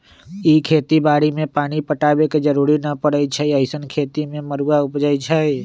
इ खेती बाड़ी में पानी पटाबे के जरूरी न परै छइ अइसँन खेती में मरुआ उपजै छइ